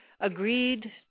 agreed